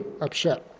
upset